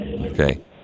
Okay